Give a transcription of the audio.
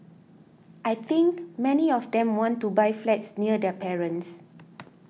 I think many of them want to buy flats near their parents